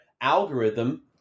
algorithm